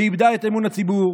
שאיבדה את אמון הציבור,